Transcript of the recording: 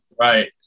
right